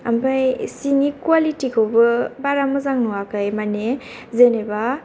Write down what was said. ओमफ्राय सिनि कुयालिटि खौबो बारा मोजां नुवाखै माने जेनेबा